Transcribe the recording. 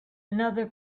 another